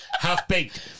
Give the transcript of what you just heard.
Half-baked